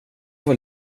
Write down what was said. var